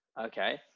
Okay